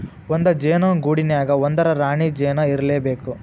ಒಂದ ಜೇನ ಗೂಡಿನ್ಯಾಗ ಒಂದರ ರಾಣಿ ಜೇನ ಇರಲೇಬೇಕ